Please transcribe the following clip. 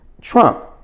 Trump